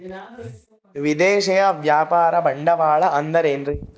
ವಿದೇಶಿಯ ವ್ಯಾಪಾರ ಬಂಡವಾಳ ಅಂದರೆ ಏನ್ರಿ?